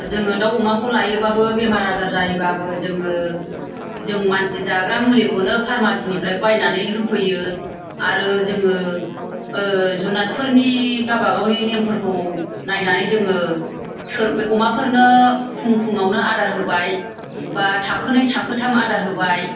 जोङो दाउ अमाखौ लायोबाबो बेमार आजार जायोबाबो जोङो जों मानसि जाग्रा मुलिखौनो फारमासिनिफ्राय बायनानै होफैयो आरो जोङो जुनादफोरनि गाबागावनि नेमफोरखौ नायनानै जोङो अमाफोरनो फुं फुङावनो आदार होबाय बा थाखोनै थाखोथाम आदार होबाय